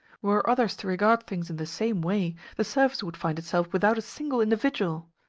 were others to regard things in the same way, the service would find itself without a single individual.